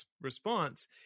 response